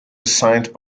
assigned